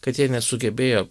kad jie nesugebėjo